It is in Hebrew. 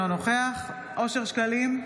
אינו נוכח אושר שקלים,